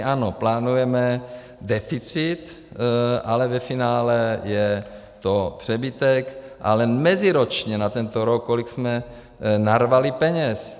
Ano, plánujeme deficit, ale ve finále je to přebytek, ale meziročně na tento rok kolik jsme narvali peněz.